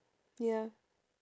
ya